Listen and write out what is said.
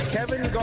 Kevin